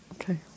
okay